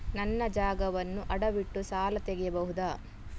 ನನ್ನ ಜಾಗವನ್ನು ಅಡವಿಟ್ಟು ಸಾಲ ತೆಗೆಯಬಹುದ?